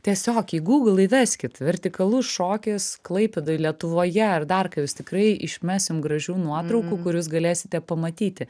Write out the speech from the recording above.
tiesiog į google įveskit vertikalus šokis klaipėdoj lietuvoje ar dar ką jūs tikrai išmes jum gražių nuotraukų kur jūs galėsite pamatyti